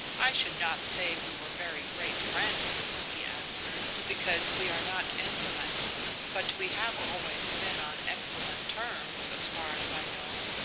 i should not say we were very great friends, he answered, because we are not intimate but we have always been on excellent terms, as far as i know.